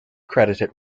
credited